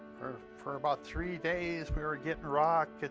for for about three days we're getting rocked